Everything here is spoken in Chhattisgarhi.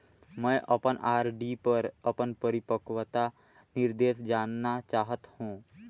मैं अपन आर.डी पर अपन परिपक्वता निर्देश जानना चाहत हों